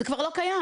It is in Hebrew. זה כבר לא קיים.